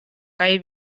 kaj